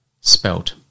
spelt